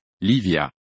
Livia